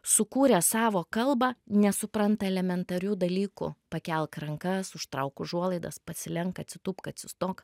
sukūrę savo kalbą nesupranta elementarių dalykų pakelk rankas užtrauk užuolaidas pasilenk atsitūpk atsistok